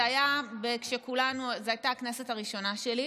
זו הייתה הכנסת הראשונה שלי.